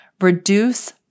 reduce